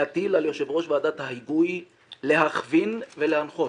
להטיל על יושב ראש ועדת ההיגוי להכווין ולהנחות".